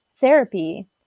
therapy